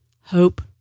hope